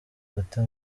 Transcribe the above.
afata